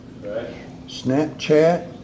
Snapchat